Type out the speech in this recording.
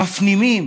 מפנימים